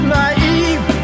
naive